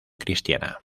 cristiana